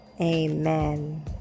amen